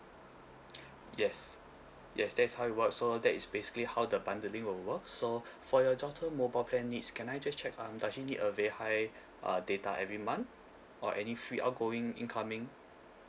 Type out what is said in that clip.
yes yes that's how it works so that is basically how the bundling will work so for your daughter's mobile plan needs can I just check um does she need a very high uh data every month or any free outgoing incoming